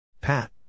Pat